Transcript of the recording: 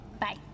Bye